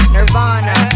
Nirvana